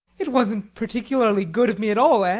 it wasn't particularly good of me at all, anne.